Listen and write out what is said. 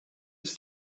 ist